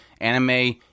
anime